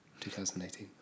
2018